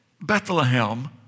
Bethlehem